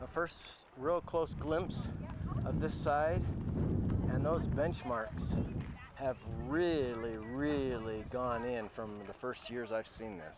the first real close glimpse of the side and those benchmarks have really really gone in from the first years i've seen th